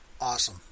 Awesome